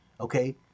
Okay